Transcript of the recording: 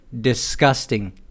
disgusting